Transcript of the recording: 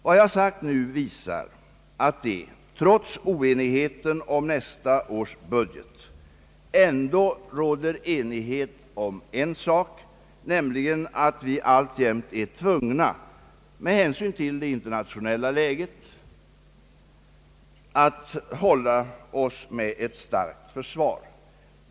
Vad jag sagt nu visar att det, trots oenigheten om nästa års budget, ändå råder enighet om en sak, nämligen att vi alltjämt är tvungna med hänsyn till det internationella läget att hålla oss med ett starkt försvar.